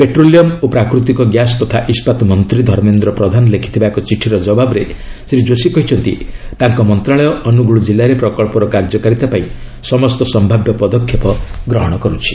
petroleum ଓ ପ୍ରାକୃତିକ ଗ୍ୟାସ୍ ତଥା ଇସ୍କାତ ମନ୍ତ୍ରୀ ଧର୍ମେନ୍ଦ୍ର ପ୍ରଧାନ ଲେଖିଥିବା ଏକ ଚିଠିର ଜବାବ୍ରେ ଶ୍ରୀ ଯୋଶୀ କହିଛନ୍ତି ତାଙ୍କ ମନ୍ତ୍ରଶାଳୟ ଅନୁଗୁଳ ଜିଲ୍ଲାରେ ପ୍ରକଳ୍ପର କାର୍ଯ୍ୟକାରିତା ପାଇଁ ସମସ୍ତ ସନ୍ତାବ୍ୟ ପଦକ୍ଷେପ ଗ୍ରହଣ କରୁଛି